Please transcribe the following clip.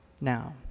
now